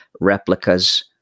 replicas